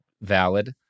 valid